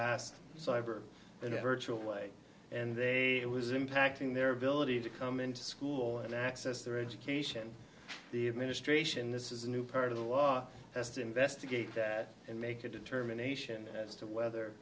sed cyber in a virtual way and they was impacting their ability to come into school and access their education the administration this is a new part of the law just investigate that and make a determination as to whether